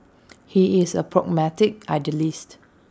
he is A pragmatic idealist